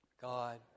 God